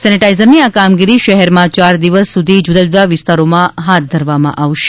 સેનેટાઈઝરની આ કામગીરી શહેરમાં ચાર દિવસ સુધી જુદા જુદા વિસ્તારોમાં હાથ ધરવામાં આવશે